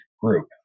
group